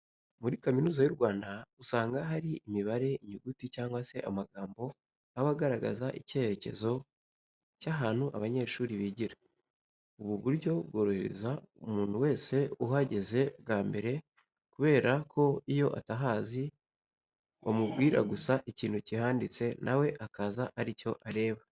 Muri Kaminuza y'u Rwanda usanga hari imibare, inyuguti cyangwa se amagambo aba agaragaza icyerekezo cy'ahantu abanyeshuri bigira. Ubu buryo bworohereza umuntu wese uhageze bwa mbere kubera ko iyo atahazi, bamubwira gusa ikintu kihanditse na we akaza ari cyo areba.